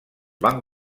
van